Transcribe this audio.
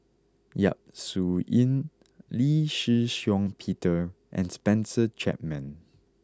Yap Su Yin Lee Shih Shiong Peter and Spencer Chapman